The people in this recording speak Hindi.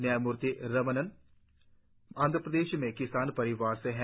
न्यायमुर्ति रमन्ना आंध्रप्रदेश में किसान परिवार से हैं